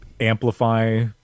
Amplify